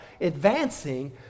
advancing